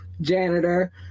janitor